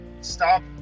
stop